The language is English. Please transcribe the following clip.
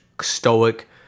stoic